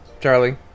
Charlie